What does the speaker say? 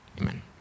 Amen